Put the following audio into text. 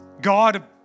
God